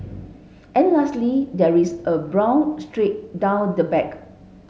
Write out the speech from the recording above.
and lastly there is a brown streak down the back